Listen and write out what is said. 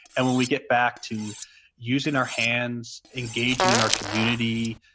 and when we get back to using our hands, engaging in our community,